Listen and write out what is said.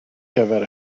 gyfer